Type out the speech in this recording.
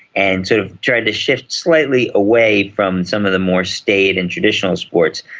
and sort of tried to shift slightly away from some of the more staid and traditional sports.